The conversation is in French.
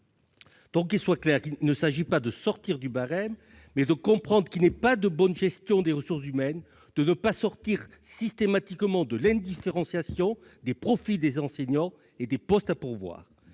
aux postes ». Il ne s'agit pas de sortir du barème, mais de comprendre qu'il n'est pas de bonne gestion des ressources humaines de ne pas sortir systématiquement de l'indifférenciation des profils des enseignants et des postes à pourvoir.